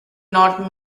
northern